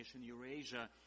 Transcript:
Eurasia